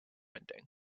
ending